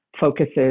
focuses